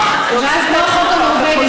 אז זה כמו החוק הנורבגי,